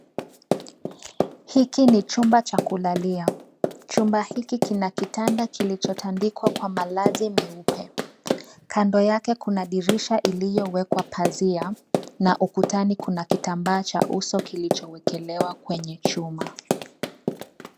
Hiki ni chumba cha kulalia, chumba hiki kina kitanda kilichotandikwa kwa malazi meupe. Kando yake kuna dirisha iliyowekwa pazia na ukutani kuna kitambaa cha uso kilichowekelewa kwenye chuma.